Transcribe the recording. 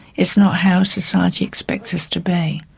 it's not how society expects us to be.